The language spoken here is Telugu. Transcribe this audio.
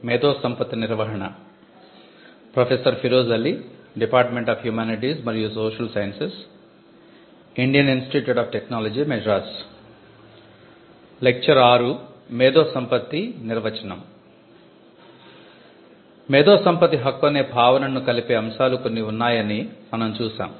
మేధో సంపత్తి హక్కు అనే భావనను కలిపే అంశాలు కొన్ని ఉన్నాయని మనం చూశాము